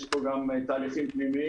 יש פה גם תהליכים פנימיים.